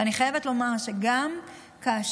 ואני חייבת לומר שגם כאשר